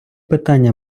питання